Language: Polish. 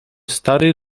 stary